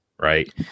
right